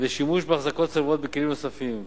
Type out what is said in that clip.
ושימוש באחזקות צולבות ובכלים נוספים,